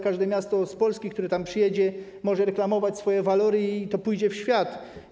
Każde miasto z Polski, które tam przybędzie, może reklamować swoje walory i to pójdzie w świat.